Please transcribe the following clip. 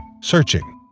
Searching